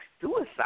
suicide